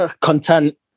content